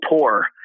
poor